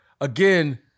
Again